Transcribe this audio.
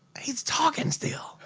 he's talking still.